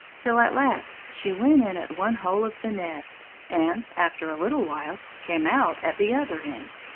till at last she went in at one hole of the nest and, after a little while, came out at the other end.